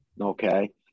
Okay